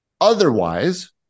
Otherwise